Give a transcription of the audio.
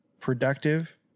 productive